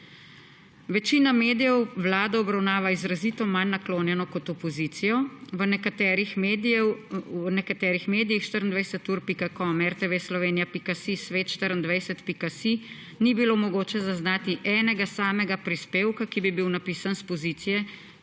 »Večina medijev vlado obravnava izrazito manj naklonjeno kot opozicijo; v nekaterih medijih, 24ur.com, RTVSLO.si, Svet24.si, ni bilo mogoče zaznati enega samega prispevka, ki bi bil napisan s pozicije,